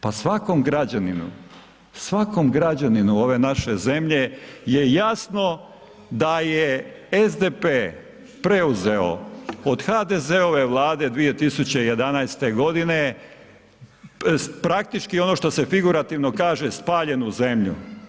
Pa svakom građaninu, svakom građaninu ove naše zemlje je jasno da je SDP preuzeo od HDZ-ove vlade 2011. godine praktički ono što se figurativno kaže spaljenu zemlju.